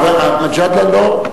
מג'אדלה?